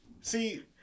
See